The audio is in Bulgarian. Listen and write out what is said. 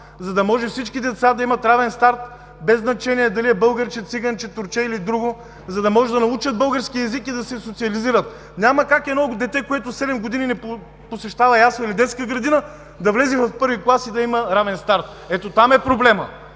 за да може всички деца да имат равен старт, без значение дали е българче, циганче, турче или друго, за да могат да научат български език и да се социализират. Няма как едно дете, което седем години не посещава ясла или детска градина, да влезе в първи клас и да има равен старт. Ето там е проблемът!